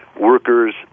workers